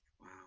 Wow